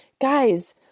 guys